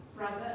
brother